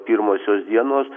pirmosios dienos